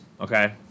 okay